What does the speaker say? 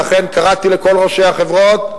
ולכן קראתי לכל ראשי החברות: